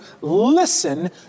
listen